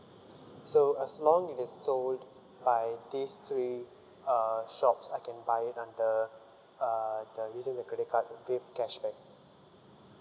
so as long it is sold by these three uh shops I can buy it under uh the using the credit card who give cashback